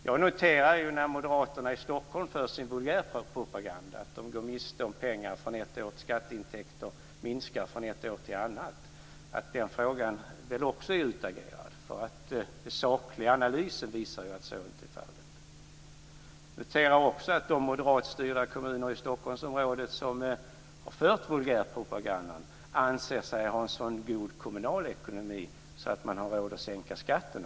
Jag noterar, när moderaterna i Stockholm för sin vulgärpropaganda om att skatteintäkter minskar från ett år till ett annat, att den frågan väl också är utagerad. Den sakliga analysen visar ju att så inte är fallet. Jag noterar också att de moderatstyrda kommuner i Stockholmsområdet som har fört vulgärpropagandan anser sig ha en sådan god kommunalekonomi att man har råd att sänka skatten.